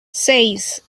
seis